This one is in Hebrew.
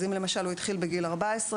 אז אם למשל הוא התחיל בגיל 14,